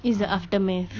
it's the aftermath